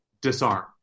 disarm